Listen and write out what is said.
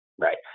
right